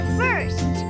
first